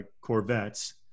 Corvettes